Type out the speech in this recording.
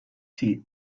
tea